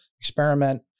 experiment